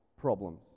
problems